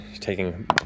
taking